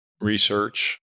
research